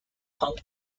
punk